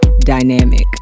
dynamic